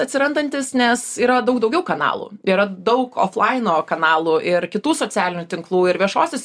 atsirandantis nes yra daug daugiau kanalų yra daug oflaino kanalų ir kitų socialinių tinklų ir viešosios